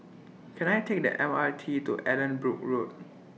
Can I Take The M R T to Allanbrooke Road